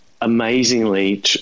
amazingly